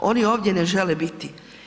Oni ovdje ne žele biti.